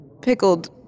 pickled